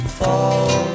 fall